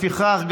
לפיכך,